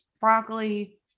broccoli